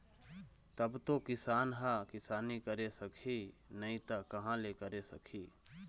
तब तो किसान ह किसानी करे सकही नइ त कहाँ ले करे सकही